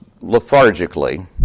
lethargically